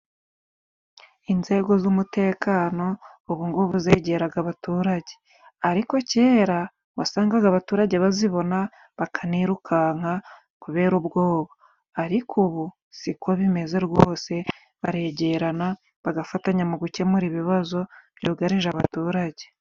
Inzego z'umutekano ubu ngubu zegera abaturage. Ariko kera wasangaga abaturage bazibona bakanirukanka, kubera ubwoba. Ariko ubu siko bimeze rwose baregerana bagafatanya mu gukemura ibibazo byugarije abaturage.